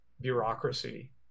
bureaucracy